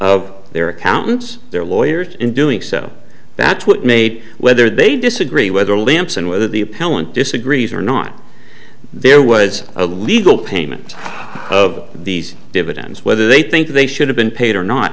of their accountants their lawyers in doing so that's what made whether they disagree whether lampson whether the appellant disagrees or not there was a legal payment of these dividends whether they think they should have been paid or not